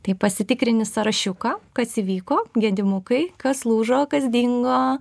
taip pasitikrini sąrašiuką kas įvyko gedimukai kas lūžo kas dingo